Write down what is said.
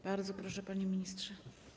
Bardzo proszę, panie ministrze.